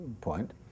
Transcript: point